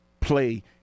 play